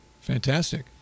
Fantastic